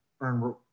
earn